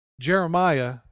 Jeremiah